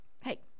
Hey